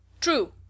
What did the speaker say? True